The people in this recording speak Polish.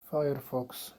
firefox